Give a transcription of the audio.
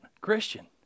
Christian